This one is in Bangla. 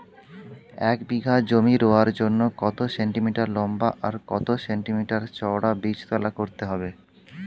এক বিঘা জমি রোয়ার জন্য কত সেন্টিমিটার লম্বা আর কত সেন্টিমিটার চওড়া বীজতলা করতে হবে?